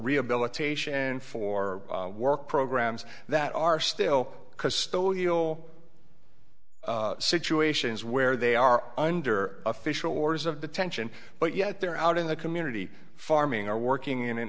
rehabilitation for work programs that are still custodial situations where they are under official orders of the tension but yet they're out in the community farming or working in an